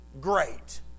great